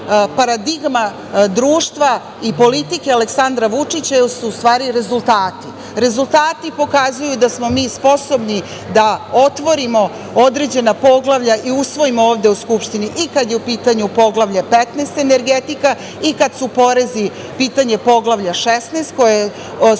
paradigma društva i politike Aleksandra Vučića jesu u stvari rezultati. Rezultati pokazuju da smo mi sposobni da otvorimo određena poglavlja i usvojimo ovde u Skupštini i kada je u pitanju Poglavlje 15. – energetika, i kada su u pitanju porezi, pitanje Poglavlja 16. koje su